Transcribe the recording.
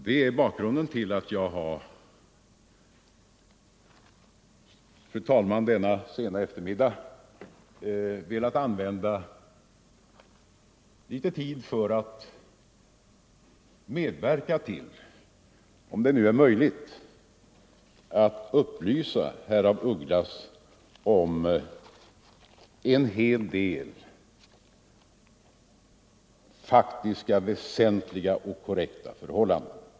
Det är, fru talman, anledningen till att jag denna sena eftermiddag har velat använda litet tid för att försöka upplysa herr af Ugglas om en hel del faktiska, väsentliga och korrekta förhållanden.